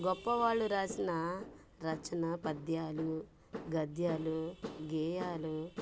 గొప్పవాళ్ళు రాసిన రచన పద్యాలు గద్యాలు గేయాలు